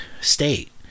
state